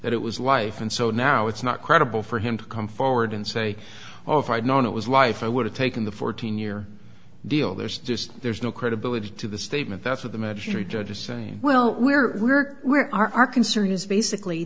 that it was life and so now it's not credible for him to come forward and say oh if i had known it was life i would have taken the fourteen year deal there's just there's no credibility to the statement that's what the magistrate judge is saying well we're we're we're our concern is basically